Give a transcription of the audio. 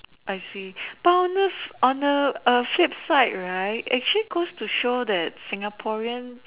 I see boundless under a flip side right actually goes to shows that Singaporean